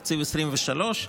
תקציב 2023,